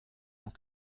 ans